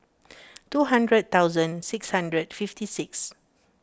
two hundred thousand six hundred fifty six